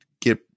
get